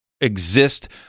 exist